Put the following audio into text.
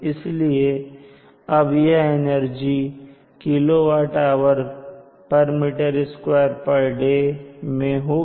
इसलिए अब यह एनर्जी kWhm2day मैं होगी